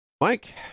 Mike